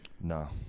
No